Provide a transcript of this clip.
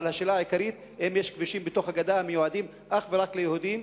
אבל השאלה העיקרית היא: האם יש כבישים בגדה המיועדים אך ורק ליהודים,